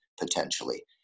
potentially